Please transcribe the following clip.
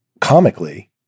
comically